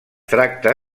tracta